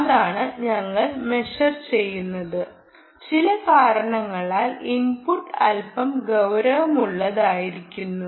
അതാണ് ഞങ്ങൾ മെഷർ ചെയ്യുന്നത് ചില കാരണങ്ങളാൽ ഇൻപുട്ട് അൽപ്പം ഗൌരവമുള്ളതാകുന്നു